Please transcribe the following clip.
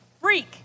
freak